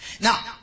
Now